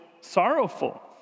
sorrowful